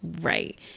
right